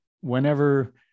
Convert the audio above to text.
whenever